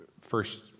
first